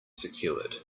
secured